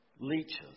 Leeches